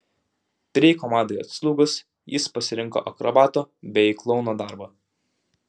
breiko madai atslūgus jis pasirinko akrobato bei klouno darbą